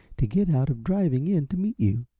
to get out of driving in to meet you.